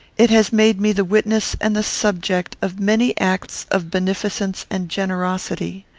it has made me the witness and the subject of many acts of beneficence and generosity.